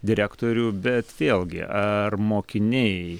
direktorių bet vėlgi ar mokiniai